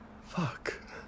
Fuck